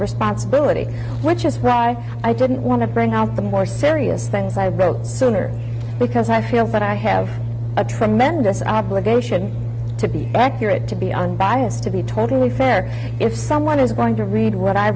responsibility which is i didn't want to bring out the more serious things i wrote sooner because i feel but i have a tremendous obligation to be accurate to be unbiased to be totally fair if someone is going to read what i